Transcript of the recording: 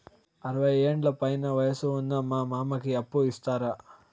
అరవయ్యేండ్ల పైన వయసు ఉన్న మా మామకి అప్పు ఇస్తారా